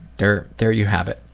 there there you have it.